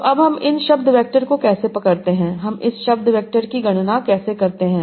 तो अब हम इन शब्द वैक्टर को कैसे पकड़ते हैं हम इस शब्द वैक्टर की गणना कैसे करते हैं